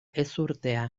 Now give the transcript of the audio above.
ezurtea